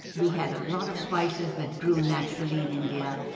we had a lot of spices that grew naturally in india.